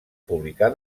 publicar